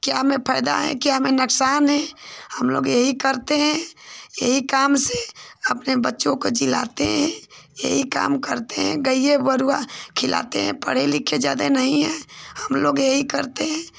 क्या में फ़ायदा है क्या में नुकसान है हमलोग यही करते हैं यही काम से अपने बच्चों को जिलाते हैं यही काम करते हैं गइए गेरुआ खिलाते हैं पढ़े लिखे ज़्यादा नहीं हैं हमलोग यही करते हैं